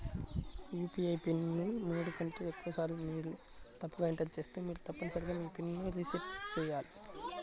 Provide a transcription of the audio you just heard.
UPI PIN ను మూడు కంటే ఎక్కువసార్లు మీరు తప్పుగా ఎంటర్ చేస్తే మీరు తప్పనిసరిగా మీ పిన్ ను రీసెట్ చేయాలి